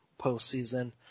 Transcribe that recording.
postseason